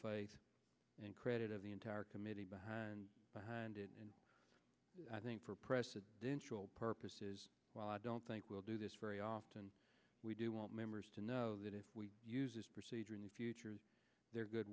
faith and credit of the entire committee behind behind it and i think for presidential purposes while i don't think we'll do this very often we do want members to know that if we use this procedure in the future their good